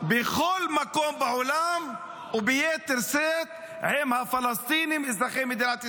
בכל מקום בעולם וביתר שאת עם הפלסטינים אזרחי מדינת ישראל.